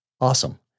Awesome